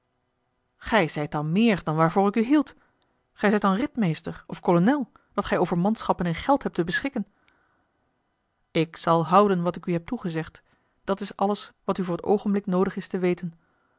gij zijt dan meer dan waarvoor ik u hield gij zijt dan ritmeester of kolonel dat gij over manschappen en geld hebt te beschikken ik zal houden wat ik u heb toegezegd dat is alles wat u voor t oogenblik noodig is te weten